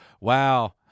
wow